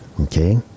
okay